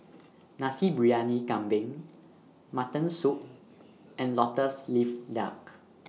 Nasi Briyani Kambing Mutton Soup and Lotus Leaf Duck